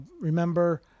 Remember